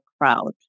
crowd